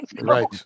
Right